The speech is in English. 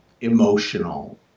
emotional